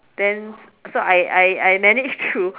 then so I I I I managed to